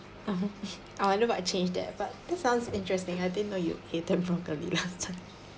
oh I would never change that but that sounds interesting I didn't know you hate them totally last time